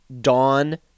dawn